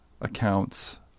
accounts